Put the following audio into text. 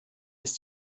ist